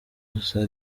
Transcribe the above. gusa